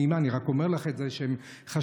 ונעשית על זה היום עבודה מאוד רבה,